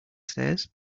stairs